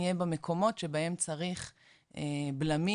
נהיה במקום שבהם צריך בלמים,